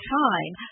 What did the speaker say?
time